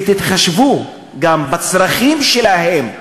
ותתחשבו גם בצרכים שלהם.